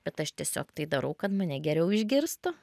bet aš tiesiog tai darau kad mane geriau išgirstų